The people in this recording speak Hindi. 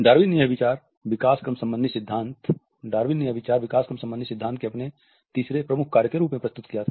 डार्विन ने यह विचार विकास क्रम सम्बन्धी सिद्धांत के अपने तीसरे प्रमुख कार्य में प्रस्तुत किया था